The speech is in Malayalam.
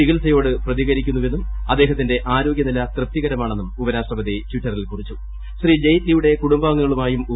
ചികിത്സയോട് പ്രതികരിക്കുന്നുവെന്നും അദ്ദേഹത്തിന്റെ ആരോഗൃനില തൃപ്തികരമാണെന്നും ഉപരാഷ്ട്രപതി ട്വിറ്ററിൽ ജെയ്റ്റ്ലിയുടെ കുടുംബാംഗങ്ങളുമായും കുറിച്ചു